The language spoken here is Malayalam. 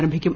ആരംഭിക്കും